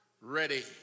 ready